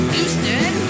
Houston